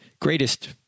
greatest